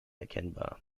erkennbar